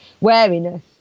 wariness